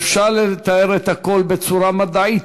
אפשר לתאר הכול בצורה מדעית,